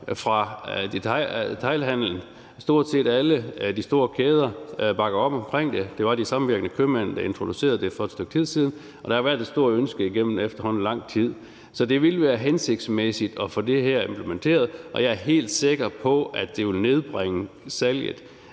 fra detailhandelen. Stort set alle de store kæder bakker op om det. Det var De Samvirkende Købmænd, der introducerede det for et stykke tid siden, og der har været et stort ønske igennem efterhånden lang tid. Så det ville være hensigtsmæssigt at få det her implementeret, og jeg er helt sikker på, at det ville nedbringe salget